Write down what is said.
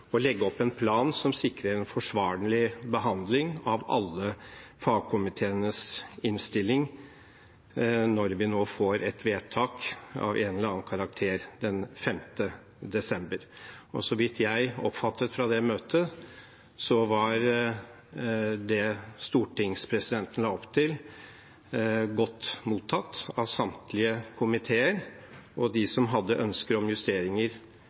å legge opp en plan som sikrer en forsvarlig behandling av alle fagkomiteenes innstilling, når vi nå får et vedtak av en eller annen karakter den 5. desember. Så vidt jeg oppfattet fra det møtet, ble det som stortingspresidenten la opp til, godt mottatt av samtlige komiteer. De som hadde ønsker om justeringer,